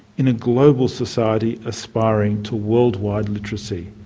in a global society aspiring to worldwide literacy.